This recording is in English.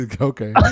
Okay